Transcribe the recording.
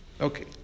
Okay